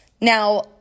Now